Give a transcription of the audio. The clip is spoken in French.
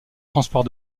transport